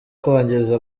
kwangiza